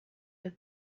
that